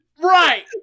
Right